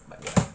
but ya